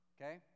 okay